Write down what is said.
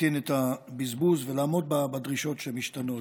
להקטין את הבזבוז ולעמוד בדרישות שמשתנות.